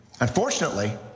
Unfortunately